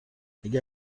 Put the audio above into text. اگه